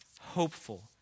hopeful